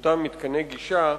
אותם מתקני גישה,